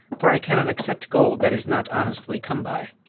for i cannot accept gold that is not honestly come by.